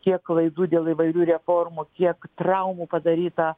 kiek klaidų dėl įvairių reformų kiek traumų padaryta